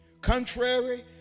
Contrary